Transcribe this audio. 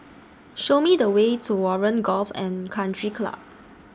Show Me The Way to Warren Golf and Country Club